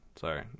Sorry